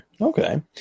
Okay